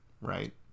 right